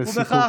לסיכום.